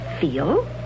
Feel